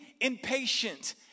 impatient